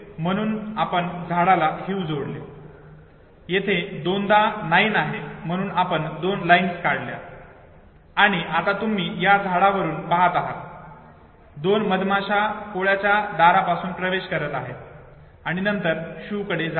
5 hive होते म्हणून आपण झाडाला हीव जोडले आहे येथे दोनदा 9 आहे म्हणून आपण दोन लाईन काढल्या आणि आता तुम्ही त्या झाडावरुन पाहत आहात 2 मधमाश्या पोळ्याच्या दारापासून प्रवेश करत आहेत आणि नंतर शूकडे जात आहेत